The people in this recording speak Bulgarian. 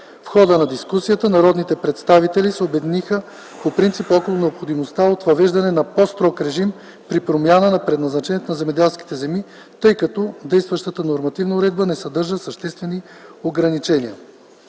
В хода на дискусията народните представители се обединиха по принцип около необходимостта от въвеждане на по-строг режим при промяна на предназначението на земеделските земи, тъй като действащата нормативна уредба не съдържа съществени ограничения.